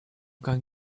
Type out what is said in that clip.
going